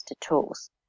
Tools